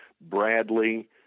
Bradley